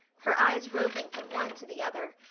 her eyes roving from one to the other,